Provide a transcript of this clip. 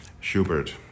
Schubert